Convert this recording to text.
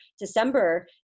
december